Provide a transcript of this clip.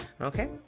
Okay